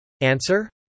answer